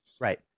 Right